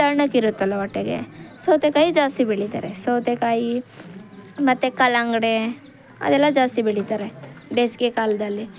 ತಣ್ಣಗೆ ಇರುತ್ತಲ್ವ ಹೊಟ್ಟೆಗೆ ಸೌತೆಕಾಯಿ ಜಾಸ್ತಿ ಬೆಳೀತಾರೆ ಸೌತೆಕಾಯಿ ಮತ್ತೆ ಕಲ್ಲಂಗಡಿ ಅದೆಲ್ಲ ಜಾಸ್ತಿ ಬೆಳೀತಾರೆ ಬೇಸಿಗೆಕಾಲದಲ್ಲಿ